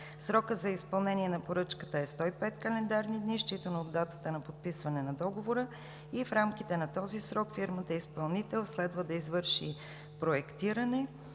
Срокът за изпълнение на поръчката е 105 календарни дни, считано от датата на подписване на договора. В рамките на този срок фирмата изпълнител следва да извърши проектиране